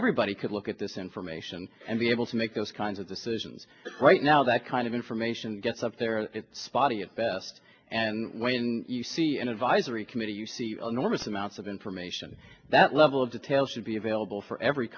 everybody could look at this information and be able to make those kinds of decisions but right now that kind of information gets up there and spotty at best and when you see an advisory committee you see a normal amounts of information that level of detail should be available for every